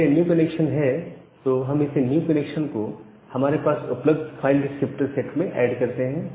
अगर यह new connection है तो हम इस न्यू कनेक्शन को हमारे पास उपलब्ध फाइल डिस्क्रिप्टर सेट में ऐड करते हैं